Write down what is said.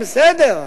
בסדר,